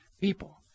people